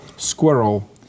Squirrel